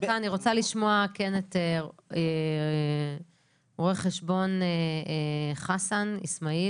אני רוצה לשמוע את רואה-החשבון חסן אסמעיל,